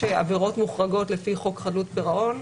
יש עבירות מוחרגות לפי חוק חדלות פירעון,